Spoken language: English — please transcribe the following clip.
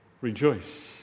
rejoice